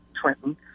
Trenton